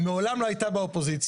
היא מעולם לא הייתה באופוזיציה,